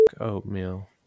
oatmeal